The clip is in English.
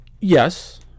Yes